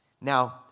Now